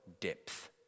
depth